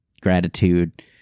gratitude